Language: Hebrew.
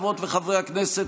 חברות וחברי הכנסת,